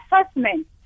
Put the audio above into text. assessment